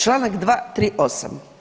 Članak 238.